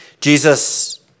Jesus